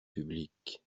public